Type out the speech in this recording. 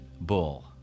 Bull